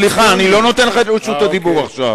סליחה, אני לא נותן לך את רשות הדיבור עכשיו.